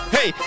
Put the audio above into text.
Hey